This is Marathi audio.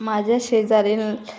माझ्या शेजारील